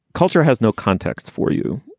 culture has no context for you,